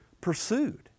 pursued